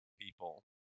people